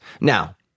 Now